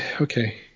Okay